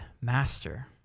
master